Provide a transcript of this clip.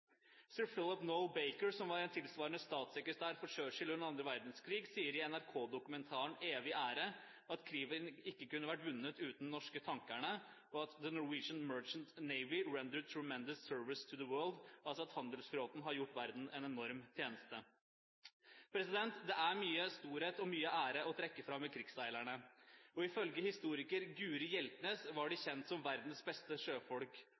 som var noe tilsvarende statssekretær for Churchill under annen verdenskrig, sier i NRK-dokumentaren «Evig ære» at krigen ikke kunne vært vunnet uten de norske tankerne, og at «the norwegian merchant navy rendered tremendous service to the world» – altså at handelsflåten har gjort verden en enorm tjeneste. Det er mye storhet og mye ære å trekke fram ved krigsseilerne. Ifølge historiker Guri Hjeltnes var de kjent som verdens beste sjøfolk.